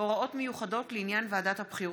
(הוראות מיוחדות לעניין ועדת הבחירות),